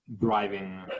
driving